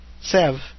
Sev